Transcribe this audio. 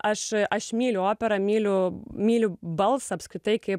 aš aš myliu operą myliu myliu balsą apskritai kaip